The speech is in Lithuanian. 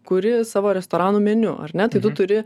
kuri savo restoranų meniu ar ne tai tu turi